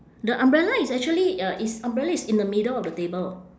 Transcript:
the umbrella is actually uh is umbrella is in the middle of the table